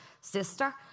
sister